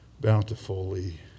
bountifully